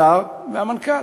השר והמנכ"ל.